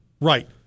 Right